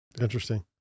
Interesting